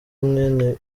mwene